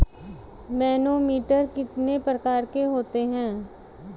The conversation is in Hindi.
मैनोमीटर कितने प्रकार के होते हैं?